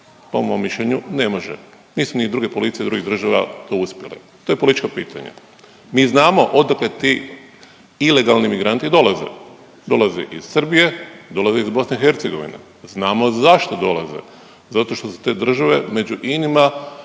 Po mom mišljenju ne može. Nisu ni druge policije drugih država to uspjele. To je političko pitanje. Mi znamo odakle ti ilegalni migranti dolaze. Dolaze iz Srbije, dolaze iz BiH, znamo zašto dolaze. Zato što su te države među inima